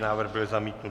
Návrh byl zamítnut.